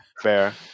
Fair